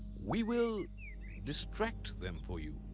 we will distract them for you,